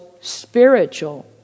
spiritual